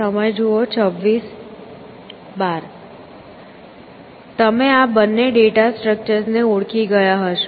તમે આ બંને ડેટા સ્ટ્રક્ચર્સ ને ઓળખી ગયા હશો